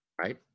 Right